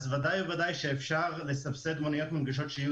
אז ודאי וודאי שאפשר לסבסד מוניות מונגשות שיהיו